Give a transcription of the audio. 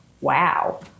wow